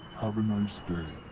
have a nice day.